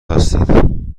هستید